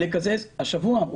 השבוע אמרו.